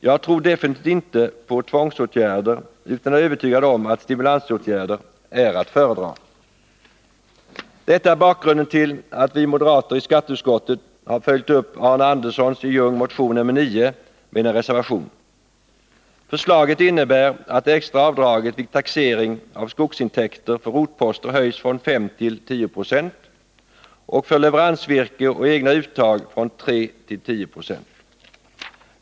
Jag tror definitivt inte på tvångsåtgärder, utan är övertygad om att stimulansåtgärder är att föredra. Det är bakgrunden till att vi moderater i skatteutskottet har följt upp Arne Anderssonsi Ljung motion nr 9 med en reservation. Förslaget innebär att det extra avdraget vid taxering av skogsintäkter höjs från 5 till 10 90 för rotposter och från 3 till 10 26 för leveransvirke och egna uttag.